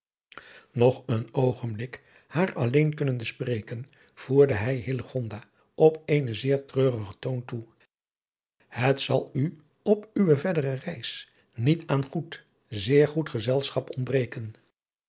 nog een oogenblik haar alleen kunnende spreken voerde hij hillegonda op eenen zeet treurigen toon toe het zal u op uwe verdere reis niet aan goed zeer goed gezelschap ontbreken